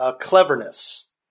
cleverness